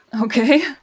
Okay